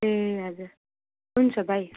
ए हजुर हुन्छ बाइ